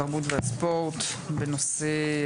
התרבות והספורט בנושא: